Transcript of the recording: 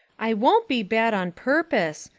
i won't be bad on purpose,